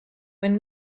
when